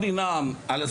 כך.